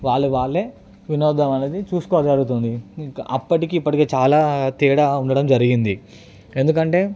వాళ్ళు వాళ్ళే వినోదం అనేది చూసుకో జరిగుతుంది ఇక అప్పటికి ఇప్పటికి చాలా తేడా ఉండడం జరిగింది ఎందుకంటే